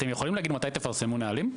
אתם יכולים להגיד מתי תפרסמו נהלים?